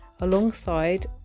alongside